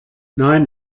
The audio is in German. nein